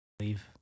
leave